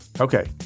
okay